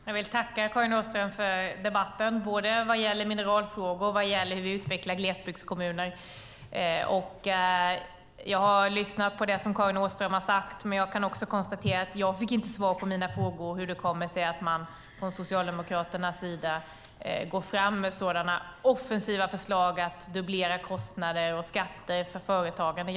Fru talman! Jag vill tacka Karin Åström för debatten både vad gäller mineralfrågor och hur vi utvecklar glesbygdskommunerna. Jag har lyssnat på det som Karin Åström har sagt men kan konstatera att jag inte fick svar på hur det kommer sig att man från Socialdemokraternas sida går fram med sådana offensiva förslag som att dubblera kostnader och skatter för företagande.